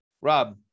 Rob